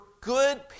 good